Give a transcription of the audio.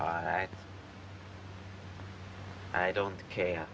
in i don't care